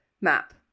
map